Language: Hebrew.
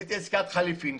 עשיתי עסקת חליפין,